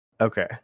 okay